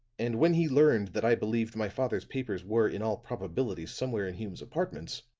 and when he learned that i believed my father's papers were in all probability somewhere in hume's apartments,